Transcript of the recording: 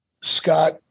Scott